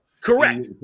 Correct